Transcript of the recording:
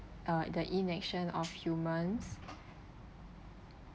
uh the inaction of humans